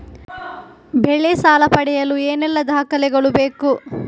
ಬೆಳೆ ಸಾಲ ಪಡೆಯಲು ಏನೆಲ್ಲಾ ದಾಖಲೆಗಳು ಬೇಕು?